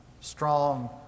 strong